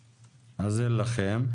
אין.